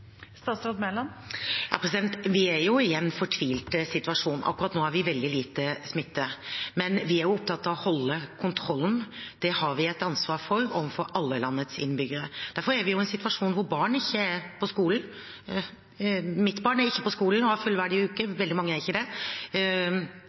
nå har vi veldig lite smitte, men vi er opptatt av å holde kontrollen. Det har vi et ansvar for overfor alle landets innbyggere. Derfor er vi i en situasjon hvor barn ikke er på skolen – mitt barn er ikke på skolen og har fullverdig uke